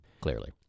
clearly